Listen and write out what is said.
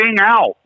out